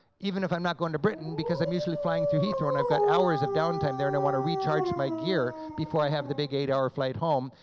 even if i'm not going to britain, because i'm usually flying through heathrow and i've got hours of downtime there, and i want to recharge my gear before i have the big eight-hour flight home,